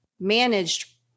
managed